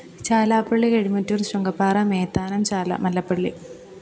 Chalappally Kazhimattoor Chunkappara Methanam Chala Mallappally